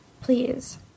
Please